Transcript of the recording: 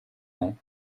ans